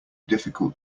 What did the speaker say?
difficult